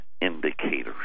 indicators